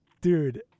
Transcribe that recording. Dude